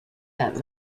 that